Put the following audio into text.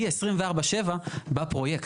היא 24/7 בפרויקט.